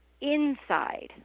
inside